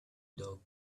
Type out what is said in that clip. dog